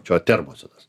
čia va termose tas